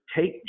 take